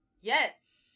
Yes